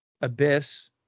Abyss